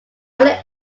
only